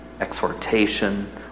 Exhortation